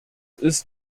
ist